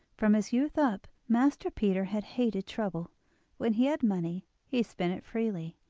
from his youth up, master peter had hated trouble when he had money he spent it freely,